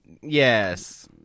Yes